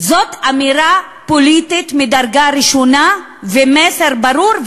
זאת אמירה פוליטית מדרגה ראשונה, ומסר ברור.